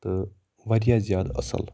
تہٕ واریاہ زیادٕ اصٕل